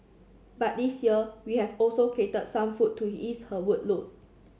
but this year we have also catered some food to ease her workload